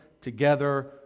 together